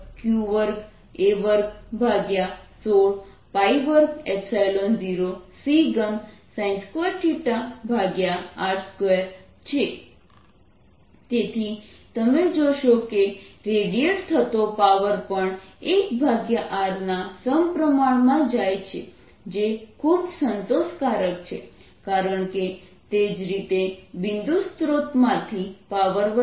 Etqa sin θ420c2r BtEtcqa sin θ420c3r S0E2c10EBq2a21620c3sin2r2 તેથી તમે જોશો કે રેડિએટ થતો પાવર પણ 1r2 ના સમપ્રમાણમાં જાય છે જે ખૂબ સંતોષકારક છે કારણ કે તે જ રીતે બિંદુ સ્ત્રોતમાંથી પાવર વધે છે